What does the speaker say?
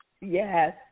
Yes